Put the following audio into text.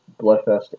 Bloodfest